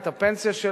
את הפנסיה,